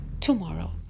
tomorrow